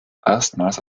erstmals